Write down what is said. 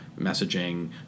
messaging